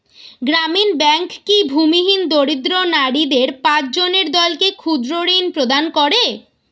গ্রামীণ ব্যাংক কি ভূমিহীন দরিদ্র নারীদের পাঁচজনের দলকে ক্ষুদ্রঋণ প্রদান করে?